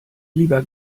lieber